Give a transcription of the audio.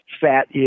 fat